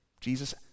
Jesus